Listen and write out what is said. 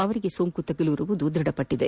ಅವರಿಗೆ ಸೋಂಕು ತಗುಲಿರುವುದು ಖಚಿತಪಟ್ಟದೆ